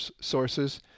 sources